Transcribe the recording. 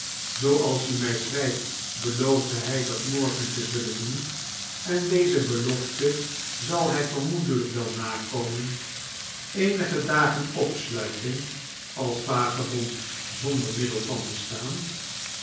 zooals u mij schrijft beloofde hij dat morgen te zullen doen en deze belofte zal hij vermoedelijk wel nakomen eenige dagen opsluiting als vagebond zonder middel van bestaan